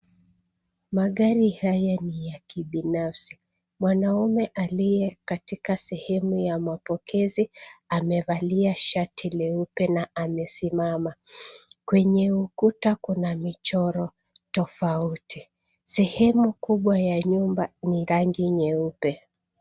Magari haya ni ya kibinafsi. Mwanaume aliye katika sehemu ya mapokezi amevalia shati nyeupe na amesimama. Kwenye ukuta kuna michoro tofauti. Sehemu kubwa ya nyumba ni rangi nyeupe.